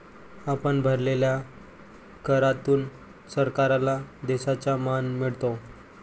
आपण भरलेल्या करातून सरकारला देशाचा मान मिळतो